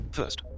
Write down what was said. First